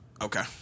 Okay